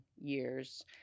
years